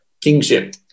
Kingship